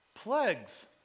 Plagues